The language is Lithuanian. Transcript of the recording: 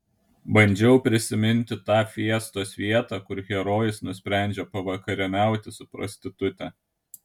bandžiau prisiminti tą fiestos vietą kur herojus nusprendžia pavakarieniauti su prostitute